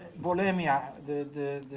bulimia, the